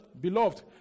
Beloved